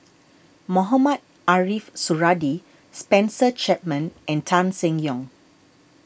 Mohamed Ariff Suradi Spencer Chapman and Tan Seng Yong